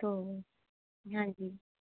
तो हाँ जी